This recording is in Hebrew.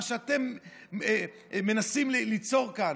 מה שאתם מנסים ליצור כאן.